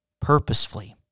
purposefully